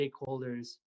stakeholders